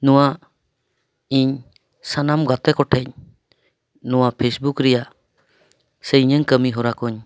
ᱱᱚᱣᱟ ᱤᱧ ᱥᱟᱱᱟᱢ ᱜᱟᱛᱮ ᱠᱚᱴᱷᱮᱱ ᱱᱚᱣᱟ ᱯᱷᱮᱥᱹᱵᱩᱠ ᱨᱮᱭᱟᱜ ᱥᱮ ᱤᱧᱟᱹᱝ ᱠᱟᱹᱢᱤ ᱦᱚᱨᱟ ᱠᱚᱧ